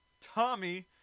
Tommy